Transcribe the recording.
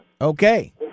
Okay